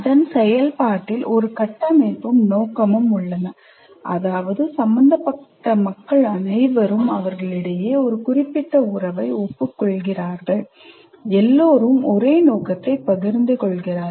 அதன் செயல்பாட்டில் ஒரு கட்டமைப்பும் நோக்கமும் உள்ளன அதாவது சம்பந்தப்பட்ட மக்கள் அனைவரும் அவர்களிடையே ஒரு குறிப்பிட்ட உறவை ஒப்புக்கொள்கிறார்கள் எல்லோரும் ஒரே நோக்கத்தை பகிர்ந்து கொள்கிறார்கள்